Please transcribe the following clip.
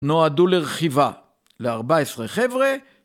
נועדו לרכיבה ל-14 חבר'ה